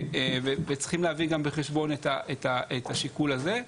צריכים להביא גם בחשבון את השיקול הזה.